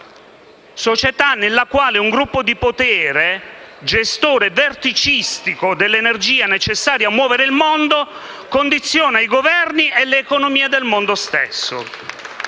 società nella quale un gruppo di potere, gestore verticistico dell'energia necessaria a muovere il mondo, condiziona i Governi e le economie del mondo stesso.